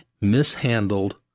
mishandled